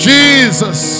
Jesus